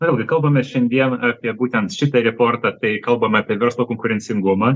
vėlgi kalbame šiandien apie būtent šitą reportą tai kalbame apie verslo konkurencingumą